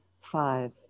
five